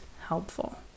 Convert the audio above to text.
helpful